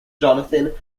jonathan